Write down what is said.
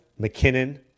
McKinnon